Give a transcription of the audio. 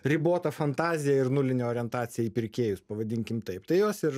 ribota fantazija ir nuline orientacija į pirkėjus pavadinkim taip tai jos ir